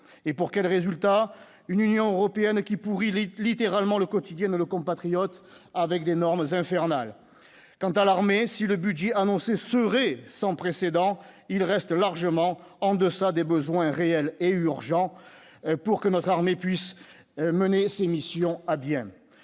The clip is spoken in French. et pour quel résultat une Union européenne qui pour il était littéralement le quotidien nos compatriotes avec d'énormes infernal quant à l'armée, si le budget annoncé ce serait sans précédent, il reste largement en deçà des besoins réels et urgent pour que notre armée puisse mener ses missions à bien